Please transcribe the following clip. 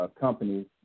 companies